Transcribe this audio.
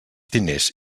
diners